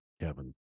Kevin